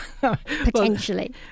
Potentially